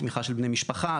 תמיכה של בני משפחה.